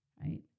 right